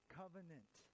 covenant